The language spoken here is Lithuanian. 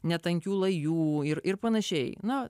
netankių lajų ir ir panašiai na